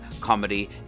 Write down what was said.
Comedy